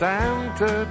Santa